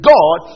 God